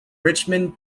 richmond